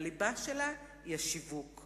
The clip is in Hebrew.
הליבה היא השיווק,